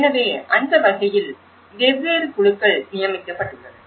எனவே அந்த வகையில் வெவ்வேறு குழுக்கள் நியமிக்கப்பட்டுள்ளன